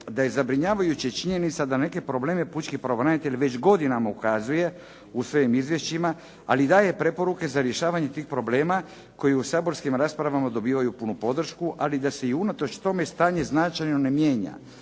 da je zabrinjavajuća činjenica da na neke probleme pučki pravobranitelj već godinama ukazuje u svojim izvješćima, ali daje preporuke za rješavanje tih problema koji u saborskim raspravama dobivaju punu podršku, ali da se i unatoč tome stanje značajno ne mijenja.